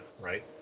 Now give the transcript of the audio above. right